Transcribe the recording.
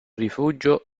rifugio